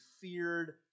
feared